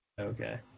okay